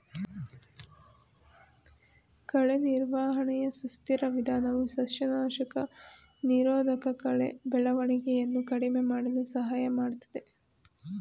ಕಳೆ ನಿರ್ವಹಣೆಯ ಸುಸ್ಥಿರ ವಿಧಾನವು ಸಸ್ಯನಾಶಕ ನಿರೋಧಕಕಳೆ ಬೆಳವಣಿಗೆಯನ್ನು ಕಡಿಮೆ ಮಾಡಲು ಸಹಾಯ ಮಾಡ್ತದೆ